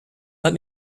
let